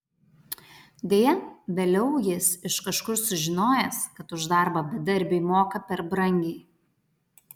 deja vėliau jis iš kažkur sužinojęs kad už darbą bedarbiui moka per brangiai